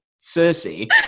Cersei